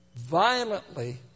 violently